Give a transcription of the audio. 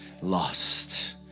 lost